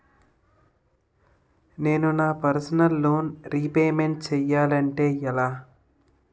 నేను నా personal loan repayment చేయాలంటే ఎలా?